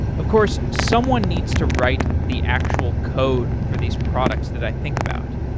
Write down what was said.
of course, someone needs to write the actual code for these products that i think about.